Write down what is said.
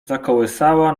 zakołysała